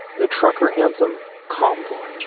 the trucker anthem convoying.